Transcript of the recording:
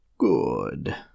Good